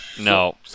no